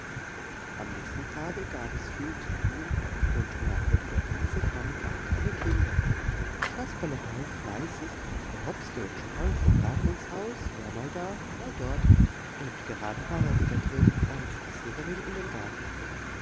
am nächsten tage gab es viel zu tun und merkwürdigerweise kamen gar keine kinder kasperle half fleißig er hopste und sprang vom garten ins haus war mal da mal dort und gerade war er wieder drin als herr severin in den garten kam